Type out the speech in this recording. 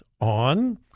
on